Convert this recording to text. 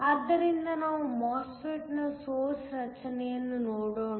ಆದ್ದರಿಂದ ನಾವು MOSFET ನ ಸೊರ್ಸ್ ರಚನೆಯನ್ನು ನೋಡೋಣ